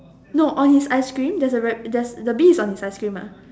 no on his ice cream there's a rab~ there's the bee is on his ice cream ah